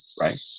right